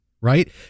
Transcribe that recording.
right